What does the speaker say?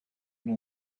know